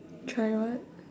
try what